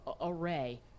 array